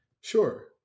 Sure